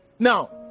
Now